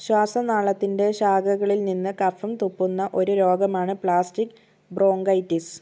ശ്വാസനാളത്തിൻ്റെ ശാഖകളിൽ നിന്ന് കഫം തുപ്പുന്ന ഒരു രോഗമാണ് പ്ലാസ്റ്റിക്ക് ബ്രോങ്കൈറ്റിസ്